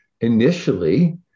initially